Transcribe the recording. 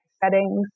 settings